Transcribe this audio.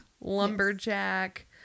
lumberjack